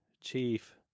chief